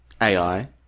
AI